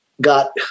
got